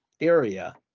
area